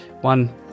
one